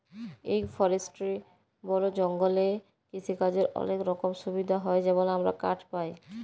এগ্র forestry বল জঙ্গলে কিসিকাজের অলেক রকমের সুবিধা হ্যয় যেমল আমরা কাঠ পায়